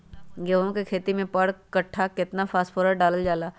गेंहू के खेती में पर कट्ठा केतना फास्फोरस डाले जाला?